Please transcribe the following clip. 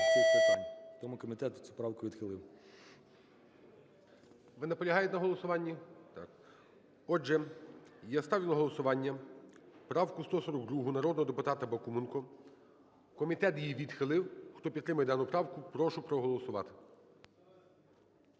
Ви наполягаєте на голосуванні? Отже, я ставлю на голосування правку 142 народного депутата Бакуменка. Комітет її відхилив. Хто підтримує дану правку, прошу проголосувати.